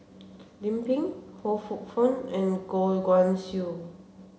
Lim Pin Ho Poh Fun and Goh Guan Siew